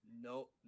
No